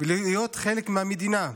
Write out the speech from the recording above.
ולהיות חלק מהמדינה,